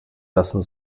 lassen